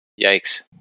Yikes